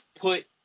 put